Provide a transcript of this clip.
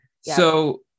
So-